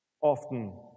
Often